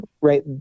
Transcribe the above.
right